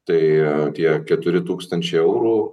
tai tie keturi tūkstančiai eurų